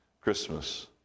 Christmas